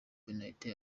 penaliti